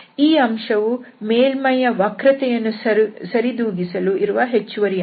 ಈ ಅಂಶವು ಮೇಲ್ಮೈಯ ವಕ್ರತೆ ಯನ್ನು ಸರಿತೂಗಿಸಲು ಇರುವ ಹೆಚ್ಚುವರಿ ಅಂಶ